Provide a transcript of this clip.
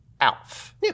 ALF